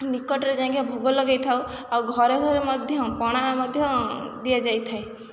ନିକଟରେ ଯାଇକି ଭୋଗ ଲଗାଇ ଥାଉ ଆଉ ଘରେ ଘରେ ମଧ୍ୟ ପଣା ମଧ୍ୟ ଦିଆଯାଇଥାଏ